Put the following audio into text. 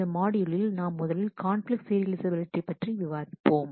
இந்த மாட்யூலில் நாம் முதலில் கான்பிலிக்ட் சீரியலைஃசபிலிட்டி பற்றி விவாதிப்போம்